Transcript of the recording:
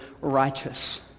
righteous